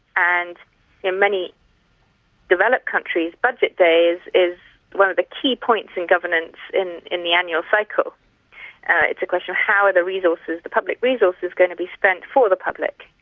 and in many developed countries, budget day is one of the key points in governance in in the annual cycle it's a question of how are the resources, the public resources, going to be spent for the public?